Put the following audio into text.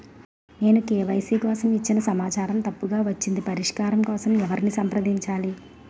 నేను కే.వై.సీ కోసం ఇచ్చిన సమాచారం తప్పుగా వచ్చింది పరిష్కారం కోసం ఎవరిని సంప్రదించాలి?